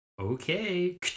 Okay